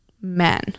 men